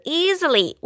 easily